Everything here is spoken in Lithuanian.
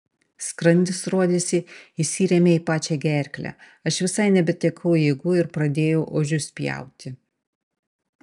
skrandis rodėsi įsirėmė į pačią gerklę aš visai nebetekau jėgų ir pradėjau ožius pjauti